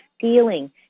feeling